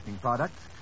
products